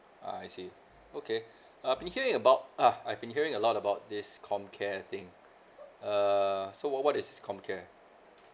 ah I see okay I've been hearing about ah I've been hearing a lot about this comcare thing err so what what is this comcare